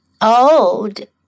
old